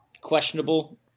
questionable